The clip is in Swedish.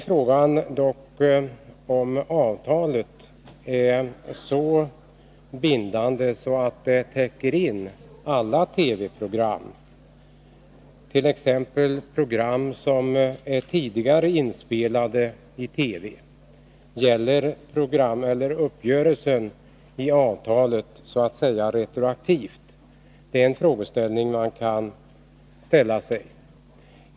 Frågan är dock om avtalet är så bindande att det täcker in alla TV-program, t.ex. program som är inspelade tidigare i TV. Gäller uppgörelsen i avtalet retroaktivt? Det är en fråga man kan ställa.